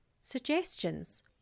Suggestions